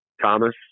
Thomas